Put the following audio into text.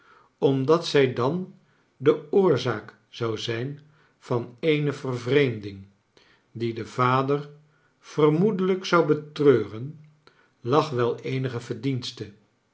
omdat zij dan de oorzaak zou zijn van eene vervreemding die de vader vermoedelijk zou betreuren lag wel eenige verdienste